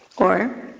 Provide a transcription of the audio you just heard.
or,